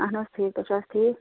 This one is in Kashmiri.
اَہَن حظ ٹھیٖک تُہۍ چھِو حظ ٹھیٖک